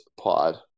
Pod